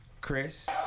Chris